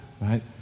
right